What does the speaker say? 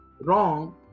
wrong